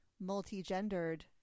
multi-gendered